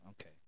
okay